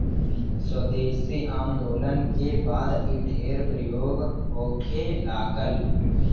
स्वदेशी आन्दोलन के बाद इ ढेर प्रयोग होखे लागल